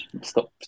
Stop